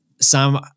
Sam